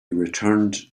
returned